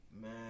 Man